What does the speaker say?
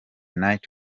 night